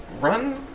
run